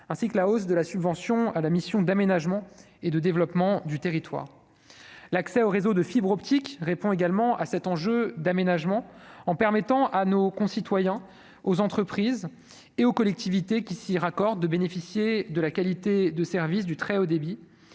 ainsi que la hausse de la subvention à la mission d'aménagement et de développement du territoire, l'accès au réseau de fibre optique répond également à cet enjeu d'aménagement en permettant à nos concitoyens, aux entreprises et aux collectivités qui s'y raccordent de bénéficier de la qualité de service du très haut débit